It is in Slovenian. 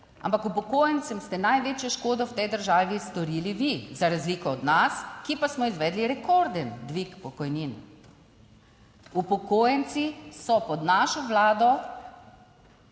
ampak upokojencem ste največjo škodo v tej državi storili vi, za razliko od nas, ki pa smo izvedli rekorden dvig pokojnin. Upokojenci so pod našo Vlado